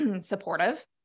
supportive